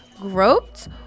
groped